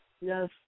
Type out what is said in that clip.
Yes